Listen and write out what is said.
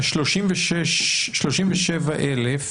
מה-37,000,